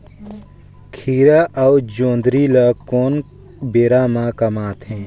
खीरा अउ जोंदरी ल कोन बेरा म कमाथे?